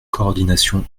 coordination